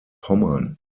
pommern